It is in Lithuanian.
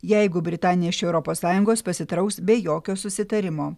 jeigu britanija iš europos sąjungos pasitrauks be jokio susitarimo